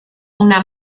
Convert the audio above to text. una